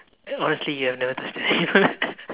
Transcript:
honestly ya I've never touched that